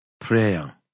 Prayer